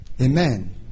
Amen